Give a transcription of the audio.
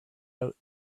out